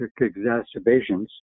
exacerbations